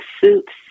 Suits